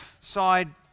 side